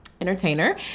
entertainer